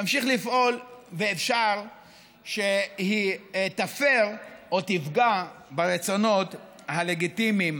תמשיך לפעול ואפשר שהיא תפר או תפגע ברצונות הלגיטימיים